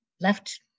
left